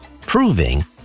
proving